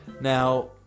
Now